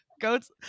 goats